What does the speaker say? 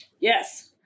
Yes